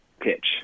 pitch